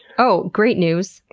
oh, great news!